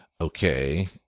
okay